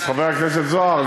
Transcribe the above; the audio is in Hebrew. חבר הכנסת זוהר,